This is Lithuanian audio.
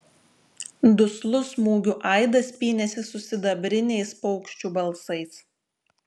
duslus smūgių aidas pynėsi su sidabriniais paukščių balsais